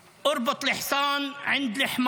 בערבית: )